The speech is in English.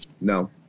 no